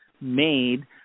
made